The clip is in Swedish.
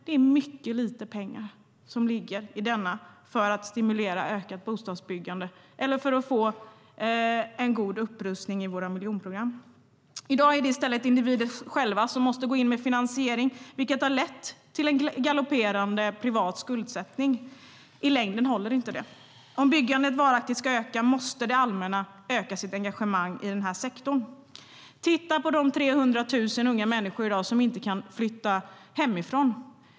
Det är mycket lite pengar som ligger i den för att stimulera ökat bostadsbyggande eller för att få en god upprustning av våra miljonprogram. Titta på de 300 000 unga människor som i dag inte kan flytta hemifrån!